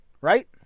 right